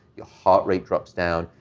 your heart rate drops down,